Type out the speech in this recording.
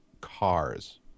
cars